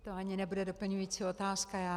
To ani nebude doplňující otázka.